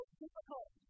difficult